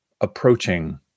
approaching